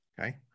Okay